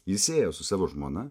jis ėjo su savo žmona